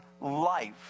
life